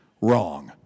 Wrong